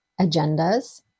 agendas